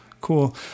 Cool